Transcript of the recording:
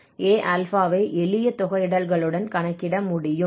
A α ஐ எளிய தொகையிடல்களுடன் கணக்கிட முடியும்